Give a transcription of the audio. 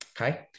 okay